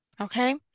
Okay